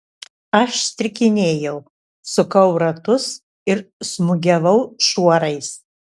aš strikinėjau sukau ratus ir smūgiavau šuorais